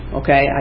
okay